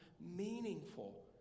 meaningful